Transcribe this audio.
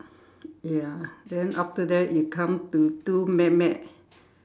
ya then after that you come to two